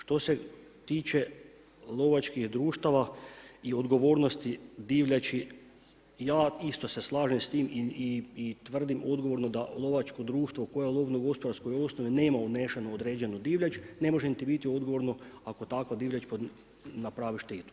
Što se tiče lovačkih društava i odgovornosti divljači, ja isto se slažem sa time i tvrdim odgovorno da lovačko društvo koje u lovno gospodarskoj osnovi nema unesenu određenu divljač ne može niti biti odgovorno ako takva divljač napravi štetu.